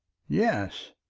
yes.